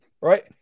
right